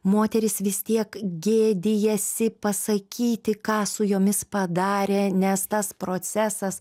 moterys vis tiek gėdijasi pasakyti ką su jomis padarė nes tas procesas